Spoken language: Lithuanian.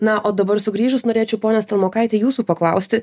na o dabar sugrįžus norėčiau pone stelmokaiti jūsų paklausti